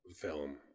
film